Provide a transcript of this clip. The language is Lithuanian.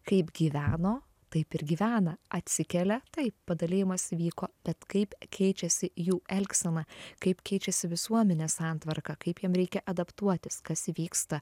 kaip gyveno taip ir gyvena atsikelia taip padalijimas įvyko bet kaip keičiasi jų elgsena kaip keičiasi visuomenės santvarka kaip jiem reikia adaptuotis kas įvyksta